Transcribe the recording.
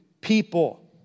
people